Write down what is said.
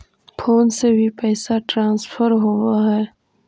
Phone से भी पैसा ट्रांसफर होवहै?